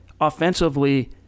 offensively